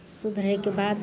सुधरयके बाद